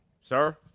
Sir